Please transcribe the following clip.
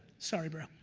sorry. bro